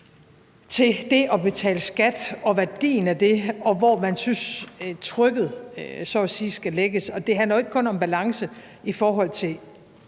til det at betale skat og værdien af det, og hvor man synes trykket skal lægges. Det handler ikke kun om balance i forhold til